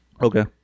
okay